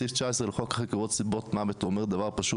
סעיף 19 לחוק חקירות סיבות מוות אומר דבר פשוט